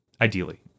Ideally